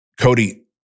Cody